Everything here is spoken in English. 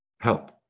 help